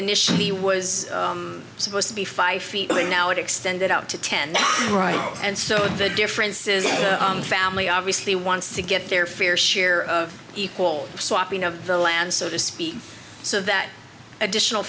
initially was supposed to be five feet away now extended out to ten right and so the difference is the family obviously wants to get their fair share of equal swapping of the land so to speak so that additional